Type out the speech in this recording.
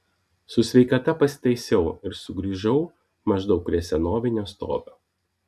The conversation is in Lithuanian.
su sveikata pasitaisiau ir sugrįžau maždaug prie senovinio stovio